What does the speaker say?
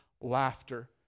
laughter